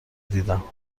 دیدم